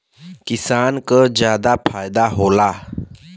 किसान क जादा फायदा होला